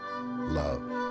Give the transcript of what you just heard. love